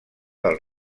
del